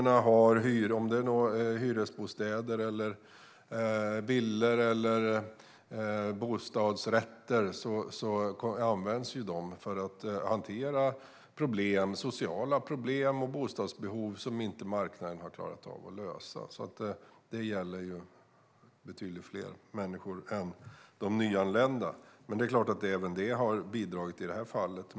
Hyresbostäder, villor eller bostadsrätter används för att hantera problem, sociala problem, och bostadsbehov som inte marknaden har klarat av att lösa. Det gäller betydligt fler människor än de nyanlända. Men det är klart att även det har bidragit i det här fallet.